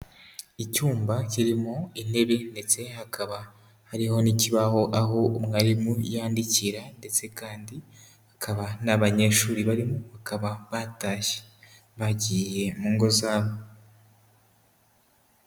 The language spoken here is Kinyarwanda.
Icyumba kirimo intebe ndetse hakaba hariho n'ikibaho, aho umwarimu yandikira ndetse kandi hakaba nta banyeshuri barimo bakaba batashye bagiye mu ngo zabo.